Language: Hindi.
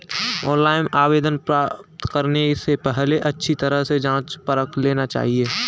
ऑनलाइन आवेदन प्राप्त करने से पहले अच्छी तरह से जांच परख लेना चाहिए